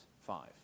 five